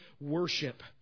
Worship